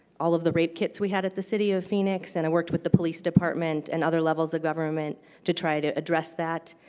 all of the rape kits we had at the city of phoenix. and i worked with the police department and other levels of government to try to address that.